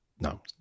no